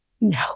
No